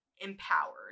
empowered